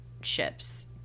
ships